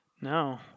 No